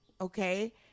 okay